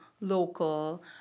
local